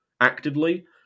actively